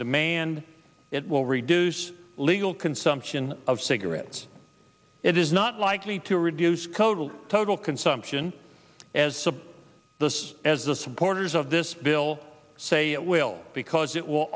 demand it will reduce legal consumption of cigarettes it is not likely to reduce code total consumption as the as the supporters of this bill say it will because it will